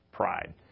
Pride